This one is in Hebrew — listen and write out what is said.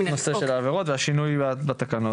של העבירות המינהליות והשינוי של התקנות.